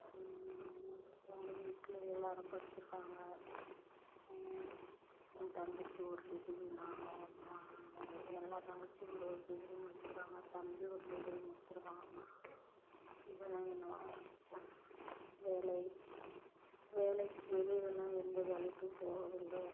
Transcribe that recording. எங்கள் வீட்டில் எல்லாரும் படிச்சுருக்காங்க என் தங்கச்சி ஒரு டிகிரி நான் நான் எல்லா தங்கச்சியும் ஒரு ஒரு டிகிரி முடிச்சுருக்காங்க தம்பி ஒரு டிகிரி முடிச்சுருக்கான் இதெல்லாம் என்னோ வேலை வேலைக்கு வெளில எல்லாம் எந்த வேலைக்கும் போகறதில்ல